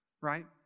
right